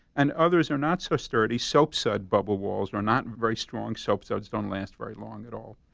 and others are not so sturdy. soap suds bubble walls are not very strong. soap suds don't last very long at all.